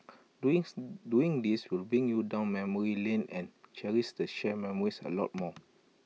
doing doing this will bring you down memory lane and cherish the shared memories A lot more